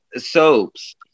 soaps